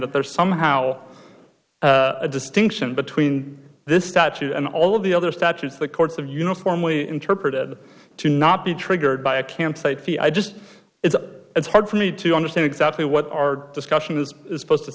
that they're somehow a distinction between this statute and all of the other statutes the courts of uniformly interpreted to not be triggered by a campsite fee i just it's it's hard for me to understand exactly what our discussion is supposed to